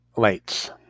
Lights